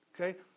Okay